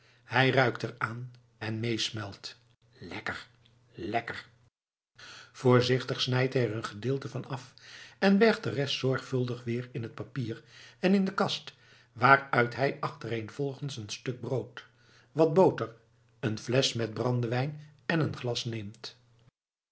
hij ruikt er aan en meesmuilt lekker lekker voorzichtig snijdt hij er een gedeelte van af en bergt de rest zorgvuldig weer in t papier en in de kast waaruit hij achtereenvolgens een stuk brood wat boter een flesch met brandewijn en een glas neemt